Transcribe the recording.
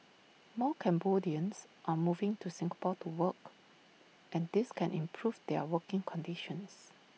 more Cambodians are moving to Singapore to work and this can improve their working conditions